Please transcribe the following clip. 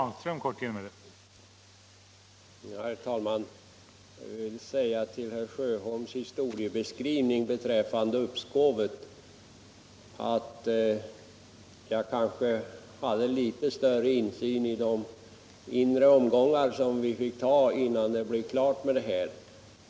Harr talman! Jag vill säga till herr Sjöholms historiebeskrivning beträffande uppskovet, att jag kanske hade litet större insyn i de inre omgångar som vi fick ta innan det hela blev klart.